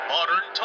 Modern